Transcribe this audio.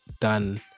done